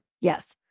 Yes